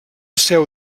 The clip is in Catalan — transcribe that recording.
seu